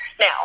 Now